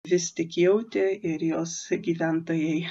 vis tik jautė ir jos gyventojai